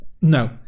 No